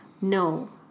no